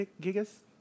Gigas